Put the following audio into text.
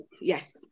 Yes